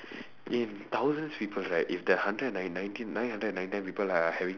in thousand slippers right if there are hundred and ninety nineteen nine hundred and ninety nine people are having